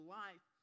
life